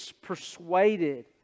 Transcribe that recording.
persuaded